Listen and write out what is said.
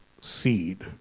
seed